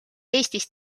eestis